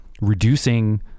reducing